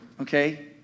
okay